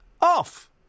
off